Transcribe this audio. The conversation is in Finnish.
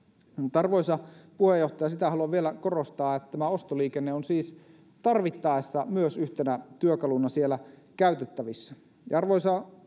arvoisa puheenjohtaja sitä haluan vielä korostaa että myös tämä ostoliikenne on siis tarvittaessa yhtenä työkaluna siellä käytettävissä arvoisa